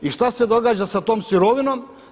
I šta se događa sa tom sirovinom?